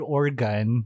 organ